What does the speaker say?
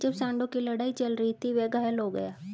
जब सांडों की लड़ाई चल रही थी, वह घायल हो गया